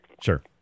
Sure